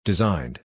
Designed